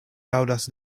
aŭdas